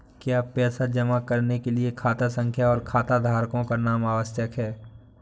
क्या पैसा जमा करने के लिए खाता संख्या और खाताधारकों का नाम आवश्यक है?